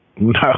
No